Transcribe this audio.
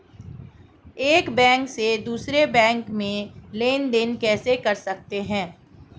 एक बैंक से दूसरे बैंक में लेनदेन कैसे कर सकते हैं?